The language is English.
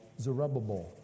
Zerubbabel